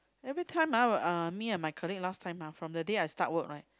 everytime ah uh me and my colleague last time ah from the day I start work right